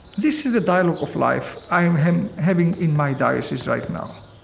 this is a dialogue of life i am having in my diocese right now,